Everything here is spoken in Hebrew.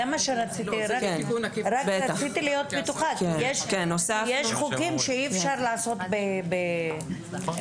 רק רציתי להיות בטוחה כי יש חוקים שאי אפשר לעשות בחקיקה עקיפית.